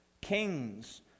Kings